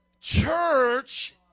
Church